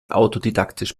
autodidaktisch